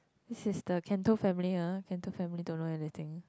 this is the Canto family ah Canto family don't know anything